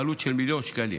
בעלות של מיליון שקלים.